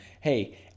hey